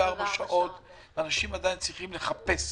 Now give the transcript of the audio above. שעות ביממה ואנשים עדין צריכים לחפש